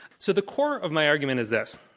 so the core of my argument is this,